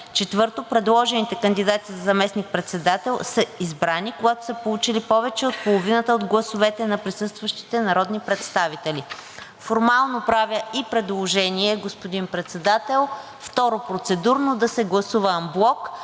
4. Предложените кандидати за заместник-председатели са избрани, когато са получили повече от половината от гласовете на присъстващите народни представители.“ Формално правя и предложение, господин Председател, второ процедурно – да се гласува анблок